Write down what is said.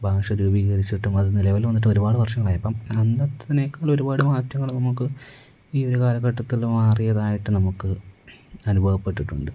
ഭാഷ രൂപീകരിച്ചിട്ടും അതു നിലവിൽ വന്നിട്ട് ഒരുപാട് വർഷങ്ങളായപ്പോള് അന്നത്തേതിനേക്കാൾ ഒരുപാട് മാറ്റങ്ങൾ നമുക്ക് ഈ ഒരു കാലഘട്ടത്തിൽ മാറിയതായിട്ട് നമുക്ക് അനുഭവപ്പെട്ടിട്ടുണ്ട്